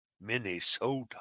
Minnesota